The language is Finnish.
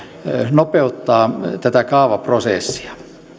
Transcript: nopeuttaa tätä kaavaprosessia